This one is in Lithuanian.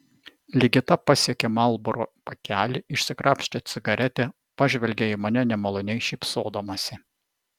ligita pasiekė marlboro pakelį išsikrapštė cigaretę pažvelgė į mane nemaloniai šypsodamasi